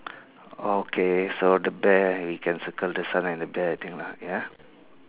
okay so the bear we can circle the son and the bear I think lah ya